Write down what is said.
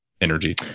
energy